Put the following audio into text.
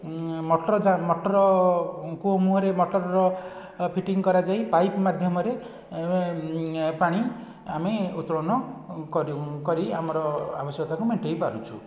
ମଟରର କୁଅ ମୁହଁରେ ମଟରର ଫିଟିଙ୍ଗ କରାଯାଇ ପାଇପ ମାଧ୍ୟମରେ ପାଣି ଆମେ ଉତ୍ତଳୋନ କରୁ କରି ଆମର ଆବଶ୍ୟକତାକୁ ମେଣ୍ଟାଇ ପାରୁଛୁ